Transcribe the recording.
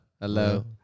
Hello